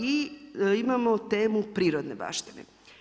I imamo temu prirodne baštine.